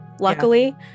luckily